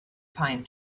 pine